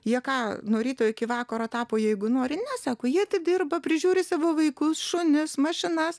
jie ką nuo ryto iki vakaro tapo jeigu nori ne sako jie dirba prižiūri savo vaikus šunis mašinas